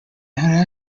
had